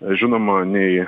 žinoma nei